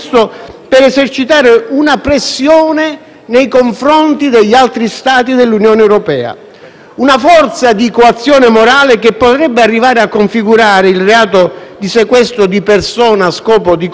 Una forma di coazione morale che potrebbe arrivare a configurare il reato di sequestro di persona a scopo di coazione previsto dall'articolo 289-*ter* del codice penale.